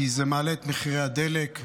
כי זה מעלה את מחירי הדלק,